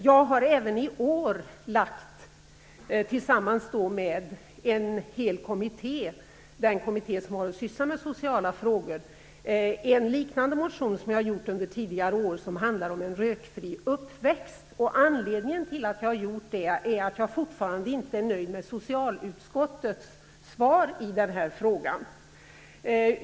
Jag har även i år tillsammans med hela den kommitté som sysslar med sociala frågor väckt en motion, liknande de motioner som jag har väckt under tidigare år. Den handlar om en rökfri uppväxt. Anledningen till detta är att jag fortfarande inte är nöjd med socialutskottets svar i frågan.